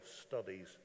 studies